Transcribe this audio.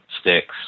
sticks